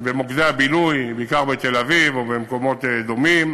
במוקדי הבילוי, בעיקר בתל-אביב ובמקומות דומים.